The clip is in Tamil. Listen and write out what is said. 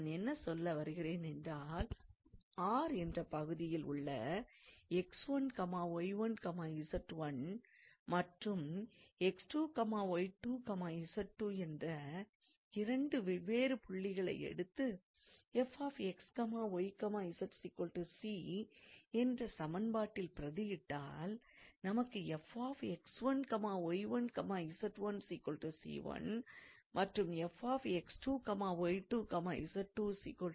நான் என்ன சொல்ல வருகிறேனென்றால் R என்ற பகுதியில் உள்ள 𝑥1𝑦1𝑧1 மற்றும் 𝑥2𝑦2𝑧2 என்ற இரண்டு வெவ்வேறு புள்ளிகளை எடுத்து 𝑓𝑥𝑦𝑧 𝑐 என்ற சமன்பாட்டில் பிரதியிட்டால் நமக்கு 𝑓𝑥1𝑦1𝑧1 𝑐1 மற்றும் 𝑓𝑥2𝑦2𝑧2 𝑐2 ஆகியவை கிடைக்கும்